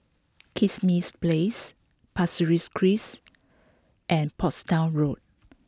Kismis Place Pasir Ris Crest and Portsdown Road